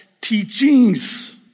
teachings